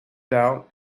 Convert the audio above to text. doubt